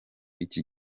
iki